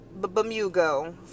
Bemugo